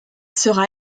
sera